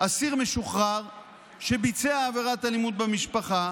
אסיר משוחרר שביצע עבירת אלימות במשפחה,